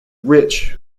rich